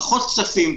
פחות כספים,